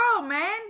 man